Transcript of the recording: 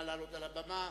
נא לעלות על הבמה.